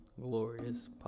Glorious